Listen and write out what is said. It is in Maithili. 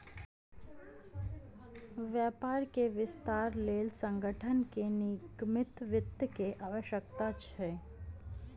व्यापार के विस्तारक लेल संगठन के निगमित वित्त के आवश्यकता छल